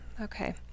Okay